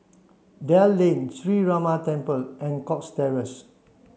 Dell Lane Sree Ramar Temple and Cox Terrace